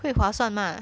会划算吗